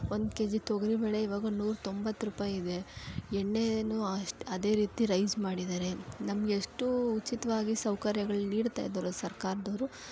ಒಂದು K G ತೊಗರಿಬೇಳೆ ಇವಾಗ ನೂರ ತೊಂಬತ್ತು ರೂಪಾಯಿ ಇದೆ ಎಣ್ಣೇನೂ ಅಷ್ಟೇ ಅದೇ ರೀತಿ ರೈಸ್ ಮಾಡಿದ್ದಾರೆ ನಮಗೆಷ್ಟು ಉಚಿತವಾಗಿ ಸೌಕರ್ಯಗಳ್ನ ನೀಡ್ತಾ ಇದ್ದಾರೊ ಸರ್ಕಾರದವ್ರು